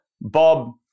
Bob